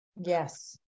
Yes